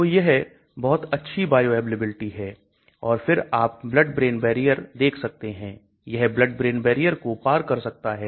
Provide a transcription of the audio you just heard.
तो यह बहुत अच्छी बायोअवेलेबिलिटी है और फिर आप blood brain barrier देख सकते हैं यह blood brain barrier को पार कर सकता है